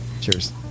cheers